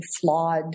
flawed